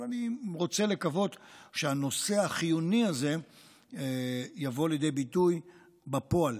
אבל אני רוצה לקוות שהנושא החיוני הזה יבוא לידי ביטוי בפועל.